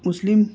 مسلم